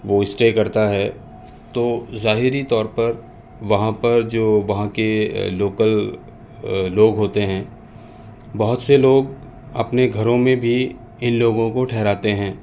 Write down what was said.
وہ اسٹے کرتا ہے تو ظاہری طور پر وہاں پر جو وہاں کے لوکل لوگ ہوتے ہیں بہت سے لوگ اپنے گھروں میں بھی ان لوگوں کو ٹھہراتے ہیں